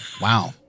Wow